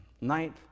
night